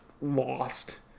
lost